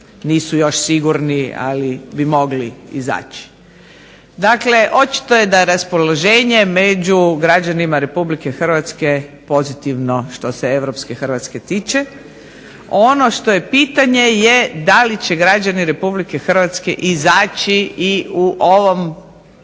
nisu još sigurni ali bi mogli izaći. Dakle, očito je da raspoloženje među građanima Republike Hrvatske pozitivno što se europske Hrvatske tiče. Ono što je pitanje je da li će građani Republike Hrvatske izaći i u ovom